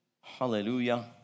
hallelujah